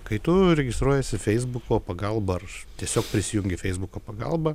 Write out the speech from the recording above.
kai tu registruojiesi feisbuko pagalba ar tiesiog prisijungi feisbuko pagalba